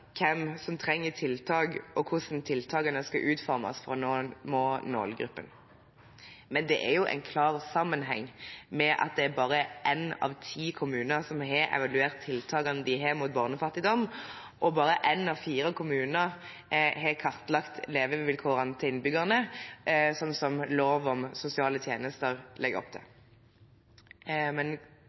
hvem som trenger tiltak, og hvordan tiltakene skal utformes for å nå målgruppen. Men det har jo en klar sammenheng med at det bare er én av ti kommuner som har evaluert tiltakene de har mot barnefattigdom, og bare én av fire kommuner som har kartlagt levevilkårene til innbyggerne, slik som lov om sosiale tjenester legger opp til.